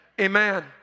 Amen